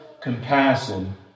compassion